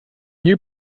new